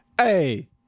hey